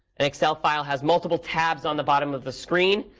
an excel file has multiple tabs on the bottom of the screen.